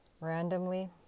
randomly